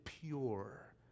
pure